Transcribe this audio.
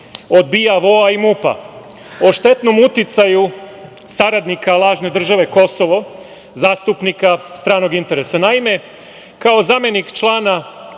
od BIA, VOA i MUP-a o štetnom uticaju saradnika lažne države Kosovo, zastupnika stranog interesa. Naime, kao zamenik člana